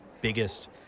biggest